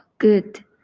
Good